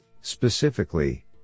Specifically